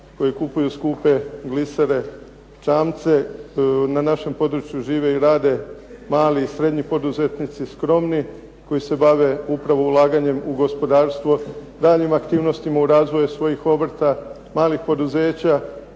koji kupuju skupe glisere, čamce. Na našem području žive i rade mali i srednji poduzetnici skromni koji se bave upravo ulaganjem u gospodarstvo, daljim aktivnostima u razvoju svojih obrta, malih poduzeća